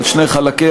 על שני חלקיה,